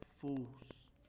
fools